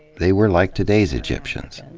they were like today's egyptians.